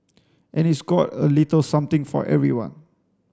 and it's got a little something for everyone